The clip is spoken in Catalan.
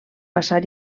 passar